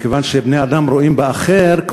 מכיוון שבני-אדם רואים באחר,